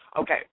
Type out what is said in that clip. Okay